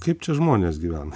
kaip čia žmonės gyvena